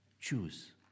Choose